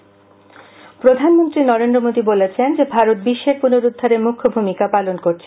প্রধানমন্ত্রী প্রধানমন্ত্রী নরেন্দ্র মোদি বলেছেন যে ভারত বিশ্বের পুনরুদ্ধারে মুখ্য ভূমিকা পালন করছে